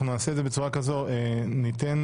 נעשה את זה בצורה כזאת: ניתן